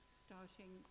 starting